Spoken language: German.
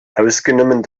außgenommen